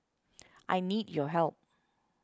I need your help